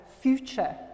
future